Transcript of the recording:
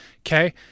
Okay